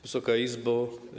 Wysoka Izbo!